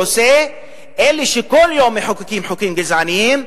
אלה שכל יום מחוקקים חוקים גזעניים,